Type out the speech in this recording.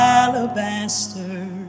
alabaster